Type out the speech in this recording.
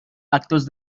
actos